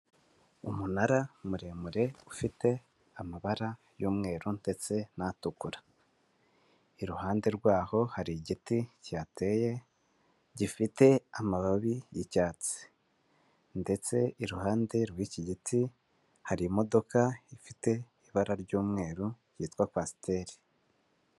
Umunara muremure ufite amabara y'umweru ndetse n'atukura, iruhande rwaho hari igiti cyihateye gifite amababi y'icyatsi, ndetse iruhande rw'iki giti hari imodoka ifite ibara ry'umweru yitwa Kwasiteri.